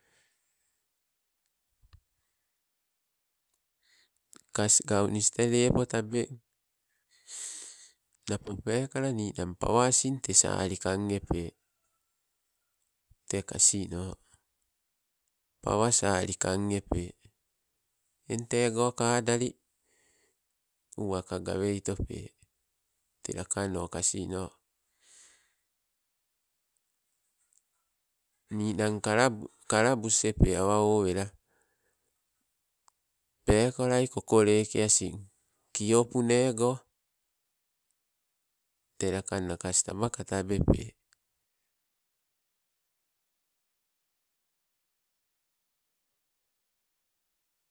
Kas gaunis tee lepo tabeng, napo peekale ninang pawa asing te saali kang epe, te kasino pawa sali kang epe tego kadali uwaka gaweitope. Te lakano kasino ninang kala kalabus epe awa owela, peekala kokoleke asing kiopunego. Te lakangna kas taba katabepe.